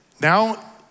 now